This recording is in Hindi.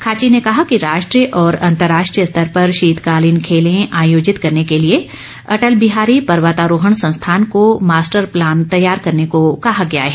खाची ने कहा कि राष्ट्रीय और अंतर्राष्ट्रीय स्तर पर शीतकालीन खेले आयोजित करने के लिए अटल बिहारी पर्वतारोहण संस्थान को मास्टर प्लान तैयार करने को कहा गया है